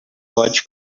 goig